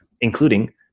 including